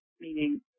meaning